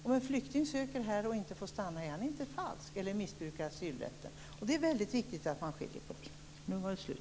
Om en flykting söker sig till Sverige och inte får stanna så är han inte falsk och han missbrukar inte asylrätten. Det är väldigt viktigt att man skiljer på det här.